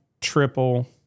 triple